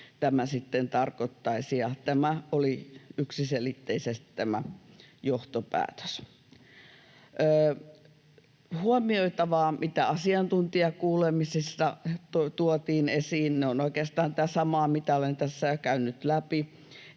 tarkoittaisi. Ja tämä oli yksiselitteisesti tämä johtopäätös. Huomioitavaa, mitä asiantuntijakuulemisista tuotiin esiin: Se on oikeastaan tätä samaa, mitä olen tässä jo käynyt läpi.